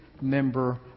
member